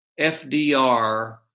FDR